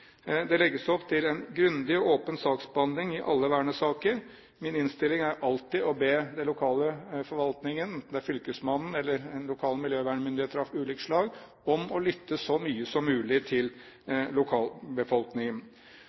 Det legges opp til en grundig og åpen saksbehandling i alle vernesaker. Min innstilling er alltid å be den lokale forvaltningen ved fylkesmannen, eller en lokal miljøvernmyndighet av ulikt slag, om å lytte så mye som mulig til lokalbefolkningen.